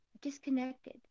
disconnected